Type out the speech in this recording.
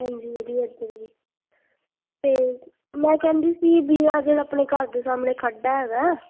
ਹਾਂਜੀ ਵਧੀਆ ਜੀ ਅਸੀ ਵੀ ਤੇਅ ਮੈਂ ਚਾਹੁੰਦੀ ਸੀ ਵੀ ਅਗਰ ਆਪਣੇ ਘਰ ਦੇ ਸਾਹਮਣੇ ਖੱਡਾ ਹੈਗਾ